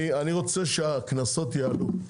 אני רוצה שהקנסות יעלו.